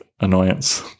Annoyance